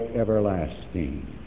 everlasting